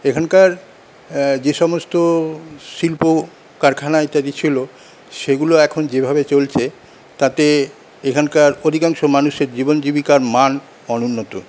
এখানকার যে সমস্ত শিল্প কারখানা ইত্যাদি ছিল সেগুলো এখন যেভাবে চলছে তাতে এখানকার অধিকাংশ মানুষের জীবন জীবিকার মান অনুন্নত